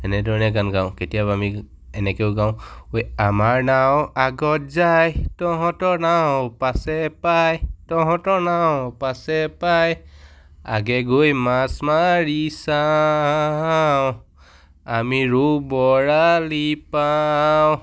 এনেদৰে গান গাওঁ কেতিয়াবা আমি এনেকৈয়ো গাওঁ ঐ আমাৰ নাও আগত যায় তহঁতৰ নাও পাছে পায় তহঁতৰ নাও পাছে পায় আগে গৈ মাছ মাৰি চাওঁ আমি ৰৌ বৰালি পাওঁ